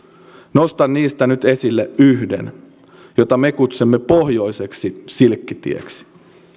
nostan niistä nyt esille yhden jota me kutsumme pohjoiseksi silkkitieksi